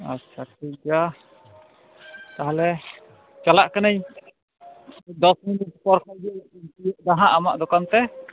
ᱟᱪᱷᱟ ᱴᱷᱤᱠ ᱜᱮᱭᱟ ᱛᱟᱦᱚᱞᱮ ᱪᱟᱞᱟᱜ ᱠᱟᱱᱟᱹᱧ ᱫᱚᱥ ᱢᱤᱱᱤᱴ ᱯᱚᱨ ᱠᱷᱟᱡ ᱜᱮ ᱛᱤᱭᱟᱹᱜ ᱮᱫᱟ ᱦᱟᱜ ᱟᱢᱟᱜ ᱫᱚᱠᱟᱱ ᱛᱮ